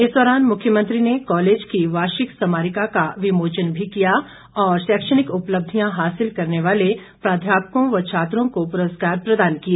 इस दौरान मुख्यमंत्री ने कॉलेज की वार्षिक स्मारिका का विमोचन भी किया और शैक्षणिक उपलब्धियां हासिल करने वाले प्राध्यापकों व छात्रों को पुरस्कार प्रदान किए